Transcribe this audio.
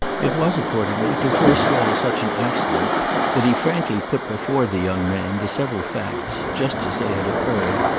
it was accordingly to forestall such an accident that he frankly put before the young man the several facts, just as they had occurred,